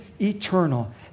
eternal